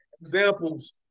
examples